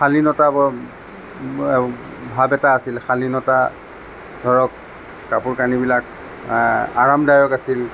শালীনতা ভাৱ এটা আছিল শালীনতা ধৰক কাপোৰ কানিবিলাক আৰামদায়ক আছিল